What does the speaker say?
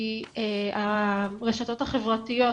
כי הרשתות החברתיות